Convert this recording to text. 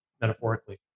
metaphorically